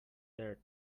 that